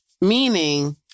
Meaning